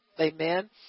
Amen